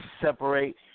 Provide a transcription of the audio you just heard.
separate